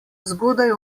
zgodaj